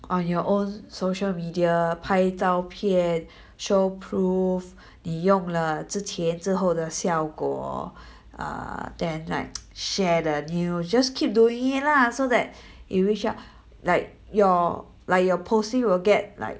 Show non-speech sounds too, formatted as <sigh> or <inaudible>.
on your own social media 拍照片 show proof 你用了之前之后的效果 <breath> err then like <noise> share the new just keep doing it lah so that it which one like your like your posting will get like